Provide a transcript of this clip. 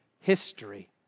history